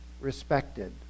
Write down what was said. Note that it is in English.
respected